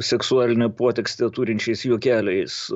seksualinę potekstę turinčiais juokeliais